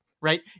right